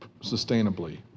sustainably